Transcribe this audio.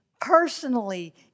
personally